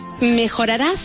Mejorarás